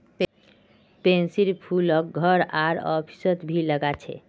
पैन्सीर फूलक घर आर ऑफिसत भी लगा छे